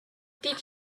did